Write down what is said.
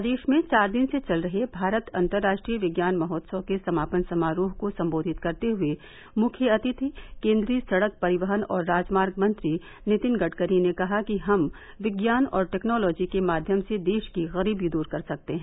प्रदेश में चार दिन से चल रहे भारत अतंराष्ट्रीय विज्ञान महोत्सव के समापन समारोह को संबोधित करते हुए मुख्य अतिथि केन्द्रीय सड़क परिवहन और राजमार्ग मंत्री नितिन गड़करी ने कहा कि हम विज्ञान और टेक्नोलॉजी के माध्यम से देश की गरीबी दूर कर सकते हैं